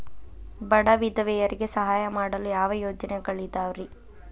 ಬಡ ವಿಧವೆಯರಿಗೆ ಸಹಾಯ ಮಾಡಲು ಯಾವ ಯೋಜನೆಗಳಿದಾವ್ರಿ?